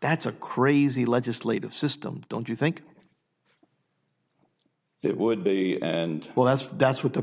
that's a crazy legislative system don't you think it would be and well that's that's what the